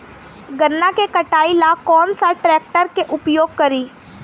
गन्ना के कटाई ला कौन सा ट्रैकटर के उपयोग करी?